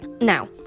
Now